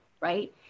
Right